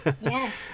Yes